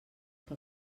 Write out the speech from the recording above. que